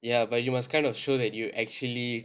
ya but you must kind of show that you actually